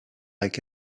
like